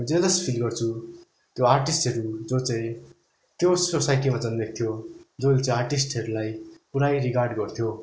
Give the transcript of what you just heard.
म जे जस्तो फिल गर्छु त्यो आर्टिस्टहरू जो चाहिँ त्यो सोसाइटीमा जन्मेको थियो जसले चाहिँ आर्टिस्टहरूलाई पुरै रिगार्ड गर्थ्यो